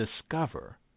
discover